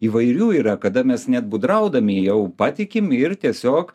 įvairių yra kada mes net gudraudami jau patikim ir tiesiog